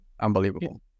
unbelievable